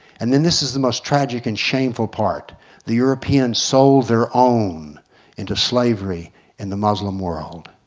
and then this is the most tragic and shameful part the european sold their own into slavery in the muslim world.